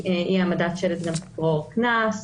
אי העמדת שלט גם תגרור קנס.